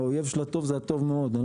האויב של הטוב זה הטוב מאוד.